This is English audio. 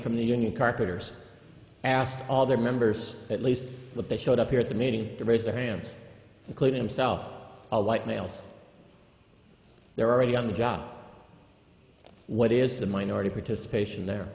from the union carpenters asked all their members at least they showed up here at the meeting to raise their hands including himself a white males there are already on the job what is the minority participation there